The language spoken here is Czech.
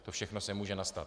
To všechno může nastat.